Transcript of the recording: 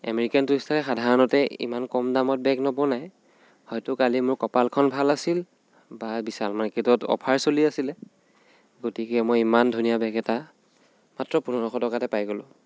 American টুৰিষ্টাৰে সাধাৰণতে ইমান কম দামত বেগ নবনায় হয়তো মোৰ কালি কপালখন ভাল আছিল বা বিশাল মাৰ্কেটত অফাৰ চলি আছিলে গতিকে মই ইমান ধুনীয়া বেগ এটা মাত্ৰ পোন্ধৰশ টকাতে পাই গ'লোঁ